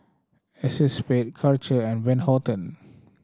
Acexspade Karcher and Van Houten